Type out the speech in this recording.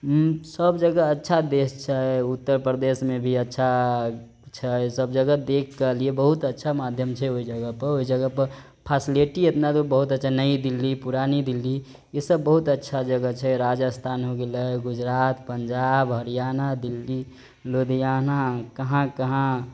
सब जगह अच्छा देश छै उत्तर प्रदेश मे भी अच्छा छै सब जगह देख कऽ अलियै बहुत अच्छा माध्यम छै ओइ जगह पऽ ओइ जगह पऽ फसलिटी एतना बहुत अच्छा नइ दिल्ली पुरानी दिल्ली ईसब बहुत अच्छा जगह छै राजस्थान हो गेलै गुजरात पंजाब हरियाणा दिल्ली लुधियाना कहाँ कहाँ